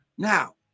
Now